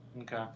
Okay